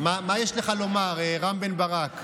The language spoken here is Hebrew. מה יש לך לומר, רם בן ברק?